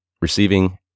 receiving